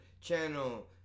channel